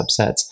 subsets